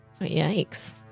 Yikes